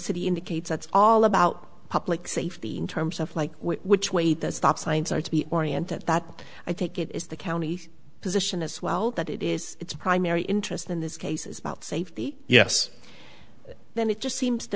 city indicates it's all about public safety in terms of like which way the stop signs are to be oriented that i think it is the county position as well that it is its primary interest in this case is about safety yes then it just seems to